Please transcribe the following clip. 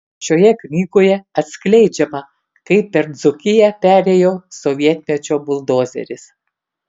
šioje knygoje atskleidžiama kaip per dzūkiją perėjo sovietmečio buldozeris